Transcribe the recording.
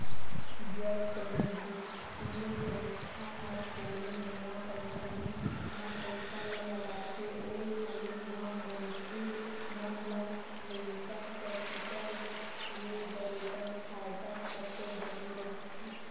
जब कोनो बित्तीय संस्था ह कोनो नवा कंपनी म पइसा ल लगाथे ओ समे म मनखे मन ल वेंचर कैपिटल ले बरोबर फायदा तको बने रहिथे